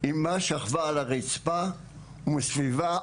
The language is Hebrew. אמא שכבה על הרצפה, מסביבה